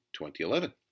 2011